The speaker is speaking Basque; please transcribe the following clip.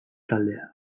taldea